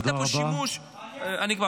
עשית פה שימוש --- אני עשיתי רק